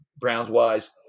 Browns-wise